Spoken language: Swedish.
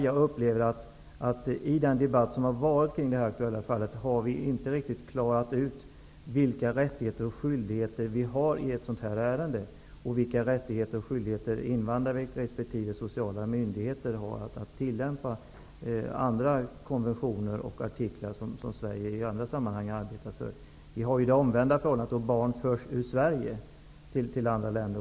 Jag menar att det i den debatt som har förekommit kring det nu aktuella fallet inte riktigt har klarats ut vilka rättigheter och skyldigheter vi har i ett sådant här ärende, vilka rättigheter och skyldigheter invandrare har och vilka skyldigheter sociala myndigheter har att tillämpa konventioner och artiklar som Sverige i andra sammanhang arbetar för. Vi har ju det omvända förhållandet då barn förs ur Sverige till andra länder.